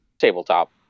tabletop